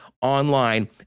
online